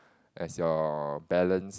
as your balance